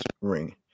ring